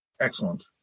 Excellent